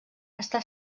està